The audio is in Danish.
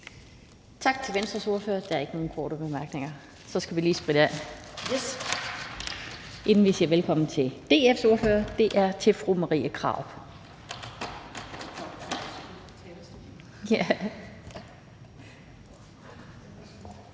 Tak til Venstres ordfører. Der er ikke nogen korte bemærkninger. Så skal vi lige spritte af, inden vi siger velkommen til DF's ordfører, og det er fru Marie Krarup.